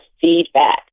feedback